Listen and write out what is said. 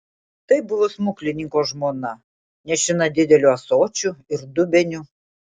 tai buvo smuklininko žmona nešina dideliu ąsočiu ir dubeniu